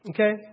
Okay